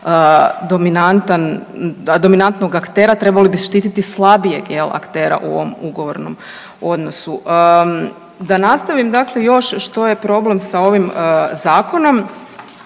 uzimati kao dominantnog aktera. Trebali bi štititi slabijeg aktera u ovom ugovornom odnosu. Da nastavim dakle još što je problem sa ovim zakonom.